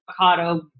avocado